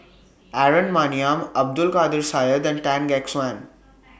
Aaron Maniam Abdul Kadir Syed and Tan Gek Suan